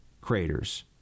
craters